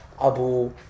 Abu